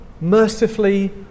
mercifully